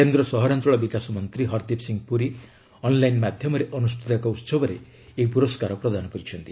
କେନ୍ଦ୍ର ସହରାଞ୍ଚଳ ବିକାଶ ମନ୍ତ୍ରୀ ହରଦୀପ ସିଂ ପୁରୀ ଅନ୍ଲାଇନ ମାଧ୍ୟମରେ ଅନୁଷ୍ଠିତ ଏକ ଉସବରେ ଏହି ପୁରସ୍କାର ପ୍ରଦାନ କରିଛନ୍ତି